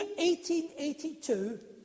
1882